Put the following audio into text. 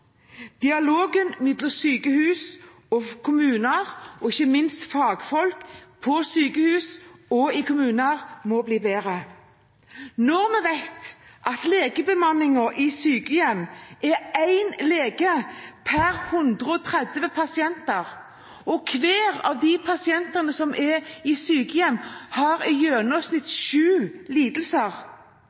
Dialogen mellom sykehus og kommuner, og ikke minst mellom fagfolk på sykehus og fagfolk i kommuner, må bli bedre. Når vi vet at legebemanningen i sykehjem er én lege per 130 pasienter, og hver av de pasientene som er i sykehjem, i gjennomsnitt har sju lidelser,